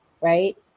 right